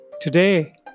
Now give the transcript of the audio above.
Today